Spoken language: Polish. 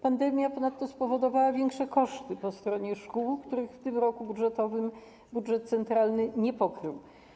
Pandemia spowodowała większe koszty po stronie szkół, których w tym roku budżetowym budżet centralny nie pokrył.